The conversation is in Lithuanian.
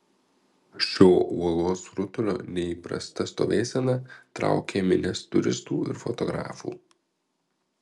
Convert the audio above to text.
šio uolos rutulio neįprasta stovėsena traukia minias turistų ir fotografų